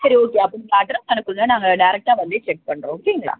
சரி ஓகே அப்போ நீங்கள் அட்ரஸ் அனுப்புங்கள் நாங்கள் டேரக்ட்டாக வந்தே செக் பண்ணுறோம் ஓகேங்களா